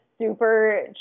super